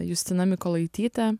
justina mykolaitytė